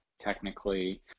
technically